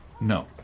No